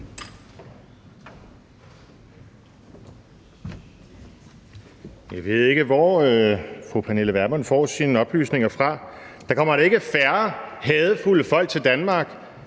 Jeg ved ikke, hvor fru Pernille Vermund får sine oplysninger fra. Der kommer da ikke færre hadefulde folk til Danmark